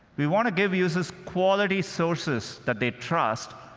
we want to give users quality sources that they trust,